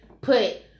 put